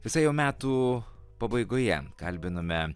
visai jau metų pabaigoje kalbinome